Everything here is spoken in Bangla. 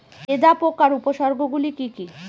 লেদা পোকার উপসর্গগুলি কি কি?